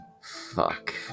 Fuck